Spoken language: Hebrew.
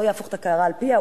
לא יהפוך את הקערה על פיה,